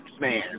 man